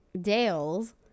Dale's